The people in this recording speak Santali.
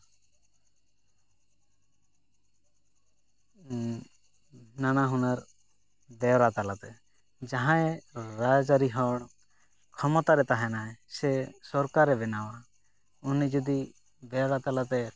ᱱᱟᱱᱟᱦᱩᱱᱟᱹᱨ ᱵᱮᱣᱨᱟ ᱛᱟᱞᱟᱛᱮ ᱡᱟᱦᱟᱸᱭ ᱨᱟᱡᱽᱼᱟᱹᱨᱤ ᱦᱚᱲ ᱠᱷᱚᱢᱚᱛᱟ ᱨᱮ ᱛᱟᱦᱮᱱᱟᱭ ᱥᱮ ᱥᱚᱨᱠᱟᱨᱮ ᱵᱮᱱᱟᱣᱟ ᱩᱱᱤ ᱡᱩᱫᱤ ᱵᱮᱣᱨᱟ ᱛᱟᱞᱟᱛᱮ